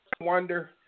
wonder